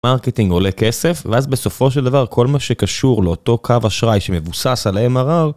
מרקטינג עולה כסף, ואז בסופו של דבר כל מה שקשור לאותו קו אשראי שמבוסס על MRR